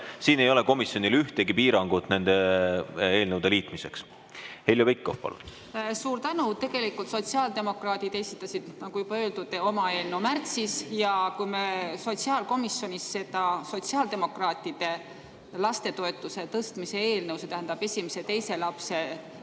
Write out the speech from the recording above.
siin ei ole komisjonil ühtegi piirangut nende eelnõude liitmiseks. Heljo Pikhof, palun! Suur tänu! Tegelikult sotsiaaldemokraadid esitasid, nagu juba öeldud, oma eelnõu märtsis. Ja kui me sotsiaalkomisjonis seda sotsiaaldemokraatide lastetoetuse tõstmise eelnõu, see tähendab esimese ja teise lapse toetuse